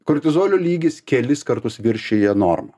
kortizolio lygis kelis kartus viršija normą